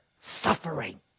suffering